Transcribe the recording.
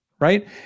right